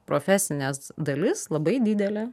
profesinės dalis labai didelė